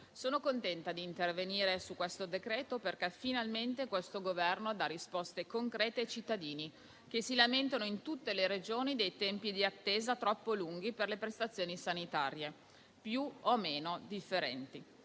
sono contenta di intervenire sul decreto-legge in discussione perché finalmente questo Governo dà risposte concrete ai cittadini che si lamentano in tutte le Regioni dei tempi di attesa troppo lunghi per le prestazioni sanitarie più o meno differenti.